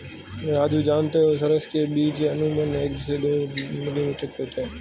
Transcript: राजू जानते हो सरसों के बीज अमूमन एक से दो मिलीमीटर के होते हैं